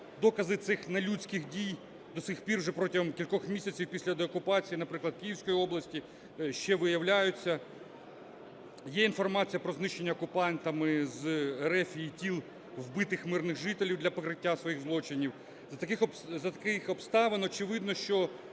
Докази цих нелюдських дій до цих пір вже протягом кількох місяців після деокупації, наприклад, Київської області, ще виявляються. Є інформація про знищення окупантами з РФ тіл вбитих мирних жителів для покриття своїх злочинів. За таких обставин очевидно, що